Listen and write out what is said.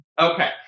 Okay